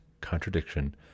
contradiction